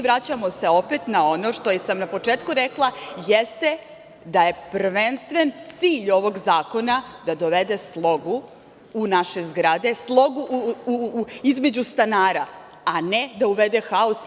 Vraćamo se opet na ono što sam na početku rekla – jeste da je prvenstven cilj ovog zakona da dovede slogu u naše zgrade, slogu između stanara, a ne da uvede haos.